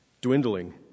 dwindling